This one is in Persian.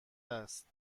است